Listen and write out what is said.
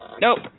Nope